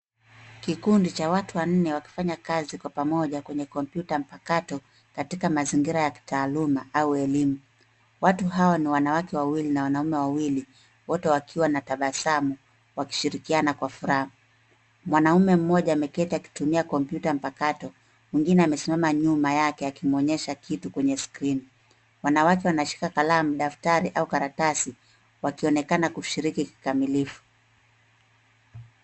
Kikundi cha watu wanne wakifanya kazi kwa pamoja kwenye kopyuta mpakato katika mazingira ya kitaaluma au elimu. Watu hawa ni wanawake wawili na wanaume wawili wote wakiwa na tabasamu wakishirikiana kwa furaha. Mwanaume mmoja ameketi akitumia kopyuta mpakato mwingine amesimama nyuma yake akimwonyesha kitu kwenye skirini. Wanawake wanashika kalamu , daftari au karatasi ,wakionekana kushiriki kikamilifu.